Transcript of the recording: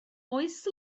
oes